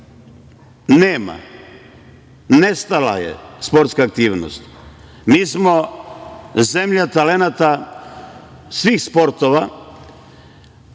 nema. Nestala je sportska aktivnost. Mi smo zemlja talenata svih sportova,